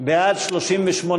אי-אמון בממשלה לא נתקבלה.